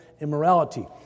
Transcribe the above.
immorality